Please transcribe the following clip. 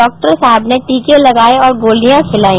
doctor साहब ने टीके लगाए और गोलियां खिलाई